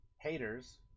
haters